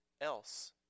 else